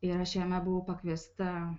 ir aš jame buvo pakviesta